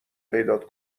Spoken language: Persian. پیدات